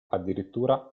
addirittura